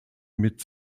mit